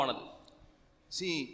See